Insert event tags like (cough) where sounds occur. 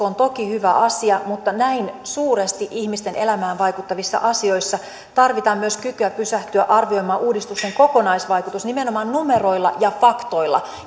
(unintelligible) on toki hyvä asia mutta näin suuresti ihmisten elämään vaikuttavissa asioissa tarvitaan myös kykyä pysähtyä arvioimaan uudistusten kokonaisvaikutus nimenomaan numeroilla ja faktoilla (unintelligible)